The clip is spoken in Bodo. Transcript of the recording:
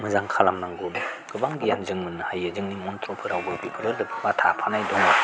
मोजां खालामनांगौ गोबां गियान जों मोननो हायो जोंनि मन्त्रफोरावबो बेफोरो लोब्बा थाफानाय दङ